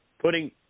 putting